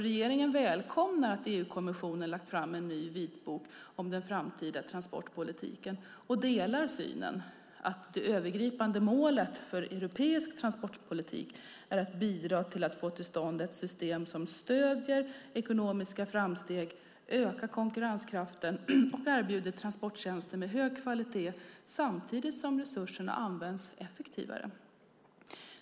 Regeringen välkomnar att EU-kommissionen lagt fram en ny vitbok om den framtida transportpolitiken och delar synen att det övergripande målet för europeisk transportpolitik är att bidra till att få till stånd ett system som stöder ekonomiska framsteg, ökar konkurrenskraften och erbjuder transporttjänster med hög kvalitet samtidigt som resurserna används effektivare.